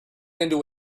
into